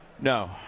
No